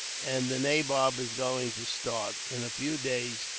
and the nabob is going to start, in a few days,